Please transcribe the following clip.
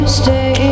stay